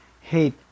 hate